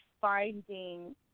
finding